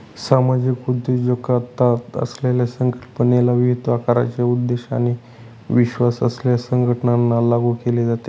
सामाजिक उद्योजकता असलेल्या संकल्पनेला विविध आकाराचे उद्देश आणि विश्वास असलेल्या संघटनांना लागू केले जाते